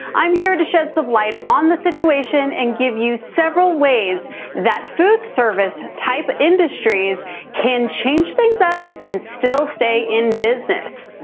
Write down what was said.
i'm here to shed some light on the situation and give you several ways that food service type industries can change things up and still stay in business.